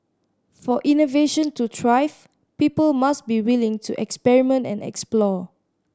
for innovation to thrive people must be willing to experiment and explore